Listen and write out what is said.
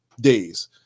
days